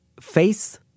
face